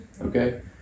okay